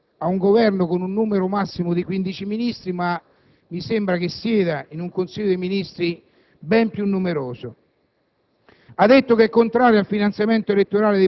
ha detto che era favorevole ad un Governo con un numero massimo di 15 Ministri, ma mi sembra che sieda in un Consiglio dei ministri ben più numeroso;